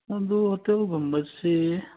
ꯑꯗꯣ ꯍꯣꯇꯦꯜꯒꯨꯝꯕꯁꯤ